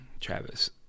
Travis